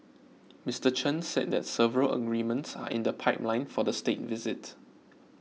Mister Chen said that several agreements are in the pipeline for the State Visit